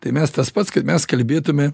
tai mes tas pats kad mes kalbėtume